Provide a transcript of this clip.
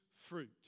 fruit